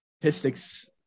statistics